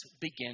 begin